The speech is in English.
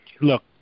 look